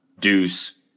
Deuce